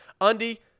Undie